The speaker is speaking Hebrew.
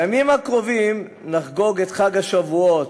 בימים הקרובים נחגוג את חג השבועות,